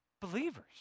Believers